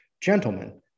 gentlemen